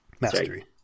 Mastery